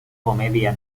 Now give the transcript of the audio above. comedia